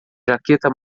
jaqueta